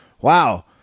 Wow